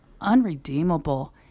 unredeemable